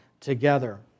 together